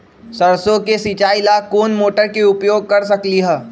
सरसों के सिचाई ला कोंन मोटर के उपयोग कर सकली ह?